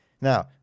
Now